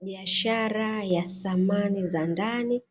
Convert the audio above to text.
Biashara ya samani za ndani,